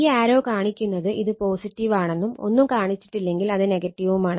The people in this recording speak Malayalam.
ഈ ആരോ കാണിക്കുന്നത് ഇത് പോസിറ്റീവാണെന്നും ഒന്നും കാണിച്ചിട്ടില്ലെങ്കിൽ അത് നെഗറ്റീവുമാണ്